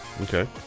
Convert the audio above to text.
Okay